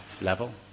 level